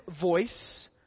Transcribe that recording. voice